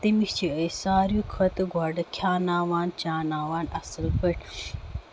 تٔمِس چھِ أسۍ ساوری کھۄتہٕ گۄڈٕ کھٮ۪وناوان چاوناوان اَصٕل پٲٹھۍ